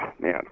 man